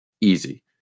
Easy